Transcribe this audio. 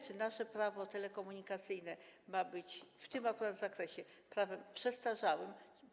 Czy nasze Prawo telekomunikacyjne ma być w tym akurat zakresie prawem przestarzałym?